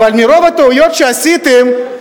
אבל מרוב הטעויות שעשיתם,